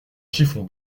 chiffon